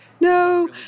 no